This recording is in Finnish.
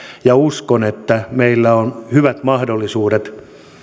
ja uskon että meillä on hyvät mahdollisuudet